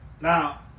Now